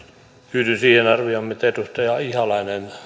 yhdyn siihen arvioon mitä edustaja ihalainen